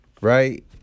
Right